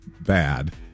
bad